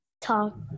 talk